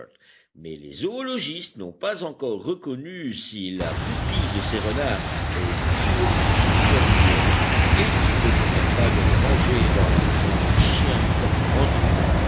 mais les zoologistes n'ont pas encore reconnu si la pupille de ces renards est diurne ou nocturne et s'il ne convient pas de les ranger dans le genre chien proprement dit